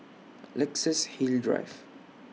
Luxus Hill Drive